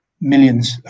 millions